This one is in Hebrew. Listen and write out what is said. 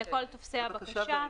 אלה כל טופסי הבקשה.